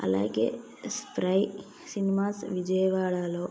అలాగే Spry cinemas విజయవాడలో